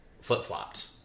flip-flopped